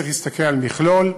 צריך להסתכל על מכלול,